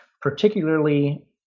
particularly